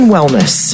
Wellness